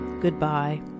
Goodbye